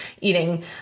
eating